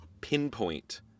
pinpoint